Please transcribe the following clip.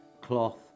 cloth